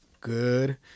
Good